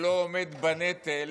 שלא עומד בנטל,